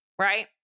Right